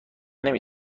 نمی